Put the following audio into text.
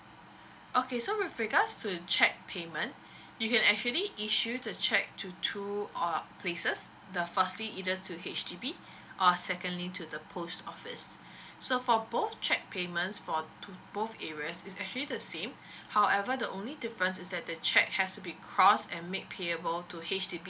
okay so with regards to the cheque payment you can actually issue the cheque into two err places the firstly either to H_D_B err secondly to the post office so for both cheque payments for to both areas is actually the same however the only difference is that the cheque has to be crossed and make payable to H_D_B